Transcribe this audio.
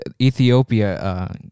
Ethiopia